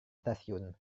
stasiun